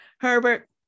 Herbert